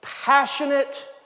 passionate